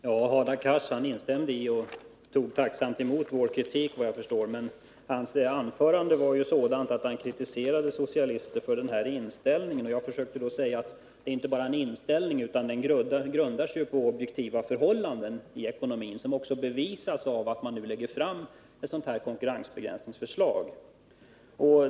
Fru talman! Hadar Cars tog emot vår kritik, men i sitt anförande kritiserade han socialister som har samma inställning som vi. Jag försökte då säga att det inte bara är en inställning, utan något som grundar sig på objektiva förhållanden i ekonomin — detta bevisas också genom att man nu lägger fram ett sådant här konkurrensbegränsningsförslag.